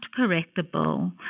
correctable